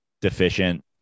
deficient